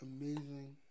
amazing